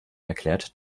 erklärt